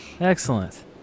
Excellent